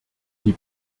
die